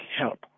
help